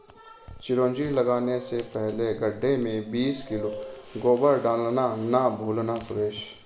चिरौंजी लगाने से पहले गड्ढे में बीस किलो गोबर डालना ना भूलना सुरेश